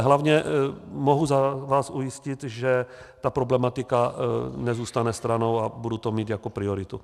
Hlavně vás mohu ujistit, že ta problematika nezůstane stranou a budu to mít jako prioritu.